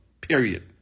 period